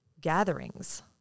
gatherings